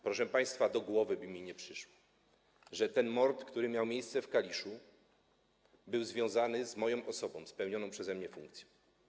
Proszę państwa, do głowy by mi nie przyszło, że ten mord, który miał miejsce w Kaliszu, był związany z moją osobą, z pełnioną przeze mnie funkcją.